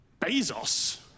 ...Bezos